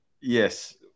Yes